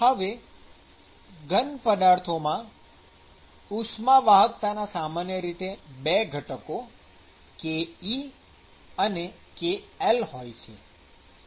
હવે ઘન પદાર્થમાં ઉષ્મા વાહકતાના સામાન્ય રીતે ૨ ઘટકો ke અને kl હોય છે